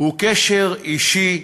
הוא קשר אישי,